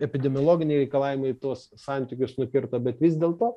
epidemiologiniai reikalavimai tuos santykius nukirto bet vis dėl to